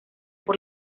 por